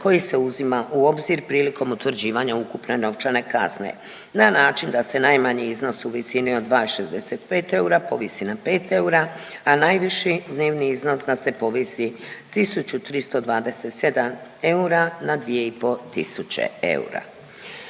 koji se uzima u obzir prilikom utvrđivanja ukupne novčane kazne na način da se najmanji iznos u visini od 2,65 eura povisi na 5 eura, a najviši dnevni iznos da se povisi s 1327 eura na 2,5 tisuće